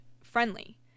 friendly